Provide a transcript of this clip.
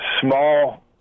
small